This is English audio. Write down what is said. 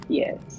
yes